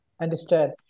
Understood